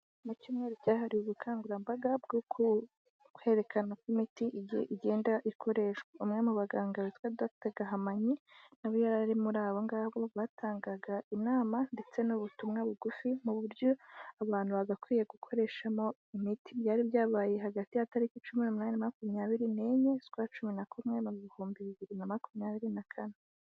Mu cyumweru cyahariwe ubukangurambaga bwo kwerekana uko imiti igenda ikoreshwa, umwe mu baganga witwa Dr Gahamanyi na we yari ari muri abo ngabo batangaga inama ndetse n'ubutumwa bugufi mu buryo abantu bagakwiye gukoreshamo imiti, byari byabaye hagati ya taliki cumi n'umunani na makumyabiri n'enye zo ukwa cumi na kumwe, mu bihumbi bibiri na makumyabiri na kane.